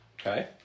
Okay